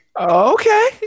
Okay